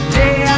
day